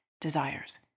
desires